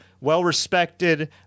well-respected